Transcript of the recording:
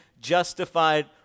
justified